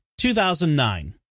2009